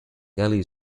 galley